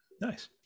Nice